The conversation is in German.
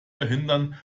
verhindern